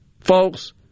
folks